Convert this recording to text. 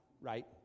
right